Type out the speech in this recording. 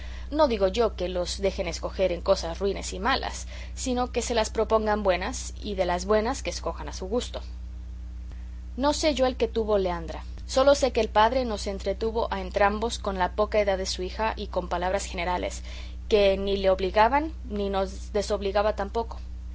no digo yo que los dejen escoger en cosas ruines y malas sino que se las propongan buenas y de las buenas que escojan a su gusto no sé yo el que tuvo leandra sólo sé que el padre nos entretuvo a entrambos con la poca edad de su hija y con palabras generales que ni le obligaban ni nos desobligaba tampoco